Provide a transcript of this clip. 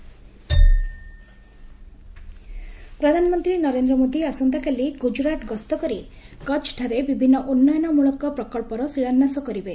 PM Kutch ପ୍ରଧାନମନ୍ତ୍ରୀ ନରେନ୍ଦ୍ର ମୋଦି ଆସନ୍ତାକାଲି ଗୁଜରାଟ ଗସ୍ତ କରି କଚ୍ଚଠାରେ ବିଭିନ୍ନ ଉନ୍ନୟନମଳକ ପ୍ରକଚ୍ଚର ଶିଳାନ୍ୟାସ କରିବେ